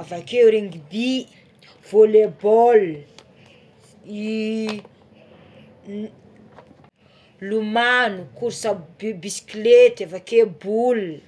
avakeo rugby, volley ball, i lomagno, korsa ibi- biskileta, avakeo bola.